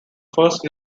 first